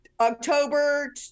october